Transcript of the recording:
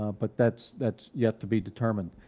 um but that's that's yet to be determined.